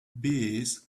bees